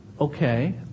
Okay